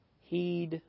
heed